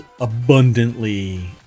abundantly